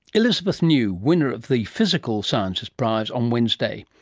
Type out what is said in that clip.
elizabeth new, winner of the physical sciences prize on wednesday.